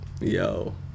yo